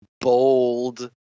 bold